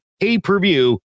pay-per-view